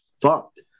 fucked